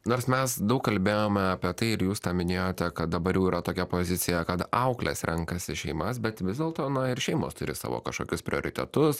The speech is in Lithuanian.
nors mes daug kalbėjome apie tai ir jūs minėjote kad dabar jau yra tokia pozicija kad auklės renkasi šeimas bet vis dėlto na ir šeimos turi savo kažkokius prioritetus